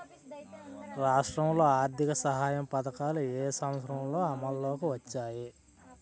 రాష్ట్రంలో ఆర్థిక సహాయ పథకాలు ఏ సంవత్సరంలో అమల్లోకి వచ్చాయి?